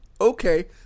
okay